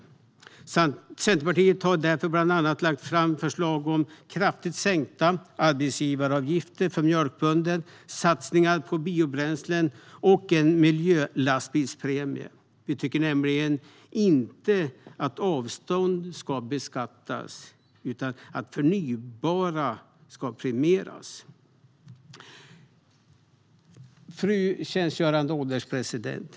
Därför har Centerpartiet lagt fram förslag bland annat om kraftigt sänkta arbetsgivaravgifter för mjölkbönder, satsningar på biobränslen och en miljölastbilspremie. Vi tycker nämligen inte att avstånd ska beskattas utan att det förnybara ska premieras. Fru ålderspresident!